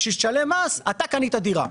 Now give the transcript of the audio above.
בשביל שישלם מס אתה קנית דירה.